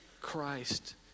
Christ